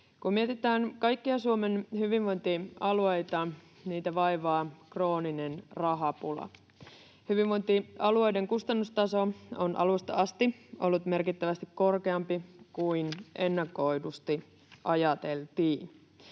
Kun mietitään kaikkia Suomen hyvinvointialueita, niin niitä vaivaa krooninen rahapula. Hyvinvointialueiden kustannustaso on alusta asti ollut merkittävästi korkeampi kuin ennakoidusti ajateltiin.